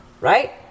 Right